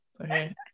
Okay